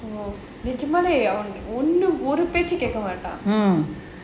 நிஜமாவே அவன் ஒன்னு ஒரு பேச்சும் கேக்க மாட்டான்:nijamavae avan onnu oru pechum kaekka maataan